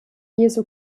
jesu